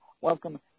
welcome